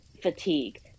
fatigue